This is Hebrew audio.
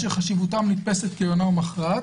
אשר חשיבותם נתפסת כעליונה וכמכרעת.